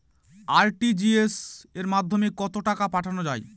RTGS এর মাধ্যমে কত টাকা পাঠানো যায়?